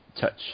touch